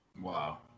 wow